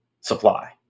supply